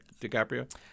DiCaprio